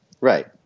Right